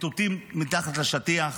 מטואטאים מתחת לשטיח,